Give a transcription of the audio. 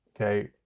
Okay